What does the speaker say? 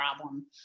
problem